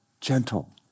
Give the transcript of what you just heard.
gentle